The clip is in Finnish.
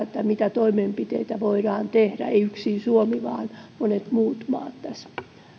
mitä toimenpiteitä voidaan tehdä ei yksin suomi vaan monet muut maat tässä